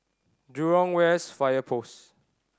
Jurong West Fire Post